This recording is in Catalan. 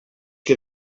que